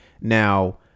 Now